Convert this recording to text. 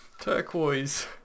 Turquoise